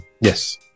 Yes